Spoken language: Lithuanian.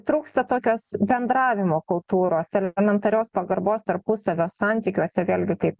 trūksta tokios bendravimo kultūros elementarios pagarbos tarpusavio santykiuose vėlgi kaip